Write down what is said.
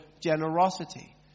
generosity